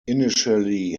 initially